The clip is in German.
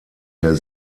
der